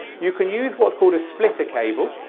you can use what's called a splitter cable.